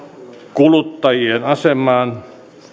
kuluttajien asemaan